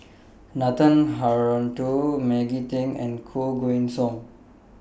Nathan Hartono Maggie Teng and Koh Guan Song